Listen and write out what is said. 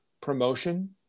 promotion